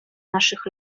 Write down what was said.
naszych